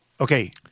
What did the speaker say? okay